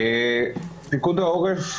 פיקוד העורף,